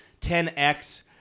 10x